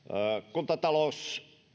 kuntatalous